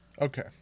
Okay